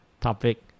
topic